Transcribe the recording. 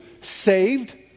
saved